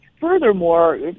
furthermore